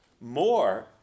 more